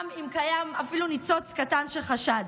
גם אם קיים אפילו ניצוץ קטן של חשד.